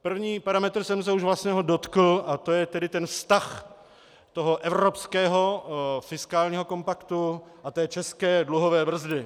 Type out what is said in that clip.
Prvního parametru jsem se už vlastně dotkl, a to je tedy ten vztah toho evropského fiskálního kompaktu a té české dluhové brzdy.